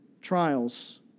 Trials